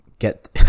get